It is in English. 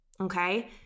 Okay